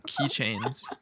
Keychains